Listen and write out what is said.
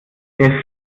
der